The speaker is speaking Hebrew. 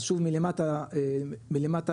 אז שוב מלמטה למעלה,